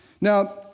Now